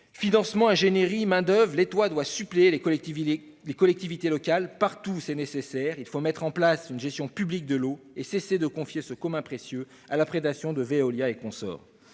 Financement, ingénierie, main-d'oeuvre : l'État doit suppléer les collectivités locales partout où c'est nécessaire. Il faut mettre en place une gestion publique de l'eau et cesser de confier ce précieux commun à la prédation de Veolia et consorts.